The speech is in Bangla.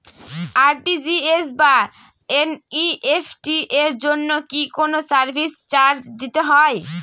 আর.টি.জি.এস বা এন.ই.এফ.টি এর জন্য কি কোনো সার্ভিস চার্জ দিতে হয়?